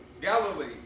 Galilee